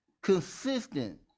consistent